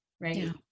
right